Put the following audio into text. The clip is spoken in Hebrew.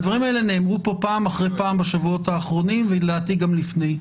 הדברים האלה נאמרו פה פעם אחרי פעם בשבועות האחרונים ולדעתי גם לפני.